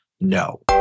No